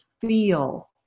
feel